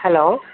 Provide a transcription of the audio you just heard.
hello